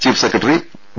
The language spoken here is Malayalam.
chief secretary V